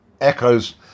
echoes